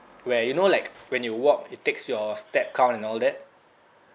where you know like when you walk it takes your step count and all that